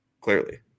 clearly